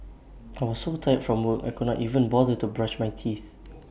I was so tired from work I could not even bother to brush my teeth